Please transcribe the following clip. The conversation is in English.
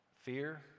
Fear